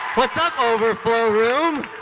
what's up, overflow room?